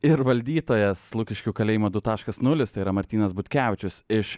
ir valdytojas lukiškių kalėjimo du taškas nulis tai yra martynas butkevičius iš